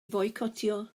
foicotio